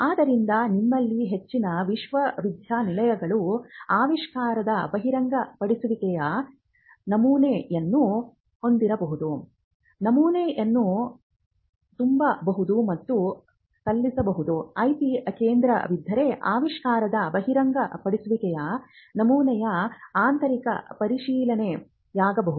ಆದ್ದರಿಂದ ನಿಮ್ಮಲ್ಲಿ ಹೆಚ್ಚಿನ ವಿಶ್ವವಿದ್ಯಾನಿಲಯಗಳು ಆವಿಷ್ಕಾರದ ಬಹಿರಂಗಪಡಿಸುವಿಕೆಯ ನಮೂನೆಯನ್ನು ಹೊಂದಿರಬಹುದು ನಮೂನೆಯನ್ನು ತುಂಬಬಹುದು ಮತ್ತು ಸಲ್ಲಿಸಬಹುದು IP ಕೇಂದ್ರವಿದ್ದರೆ ಆವಿಷ್ಕಾರದ ಬಹಿರಂಗಪಡಿಸುವಿಕೆಯ ನಮೂನೆಯ ಆಂತರಿಕ ಪರಿಶೀಲನೆಯಾಗಬಹುದು